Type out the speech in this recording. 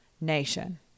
nation